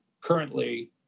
currently